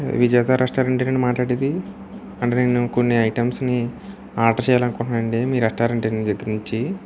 విజేత రెస్టారెంటా అండి మాట్లాడేది అంటే నేను కొన్ని ఐటమ్స్ని ఆర్డర్ చేయాలని అనుకుంటున్నానండి మీ రెస్టారెంట్ దగ్గర నుంచి